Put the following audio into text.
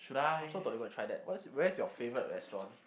I'm so to try that what is where is your favourite restaurant